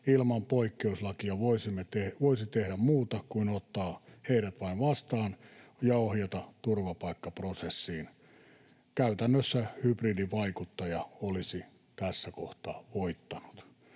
ilman poikkeuslakia voisi tehdä muuta kuin ottaa heidät vastaan ja ohjata turvapaikkaprosessiin. Käytännössä hybridivaikuttaja olisi tässä kohtaa voittanut.